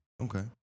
Okay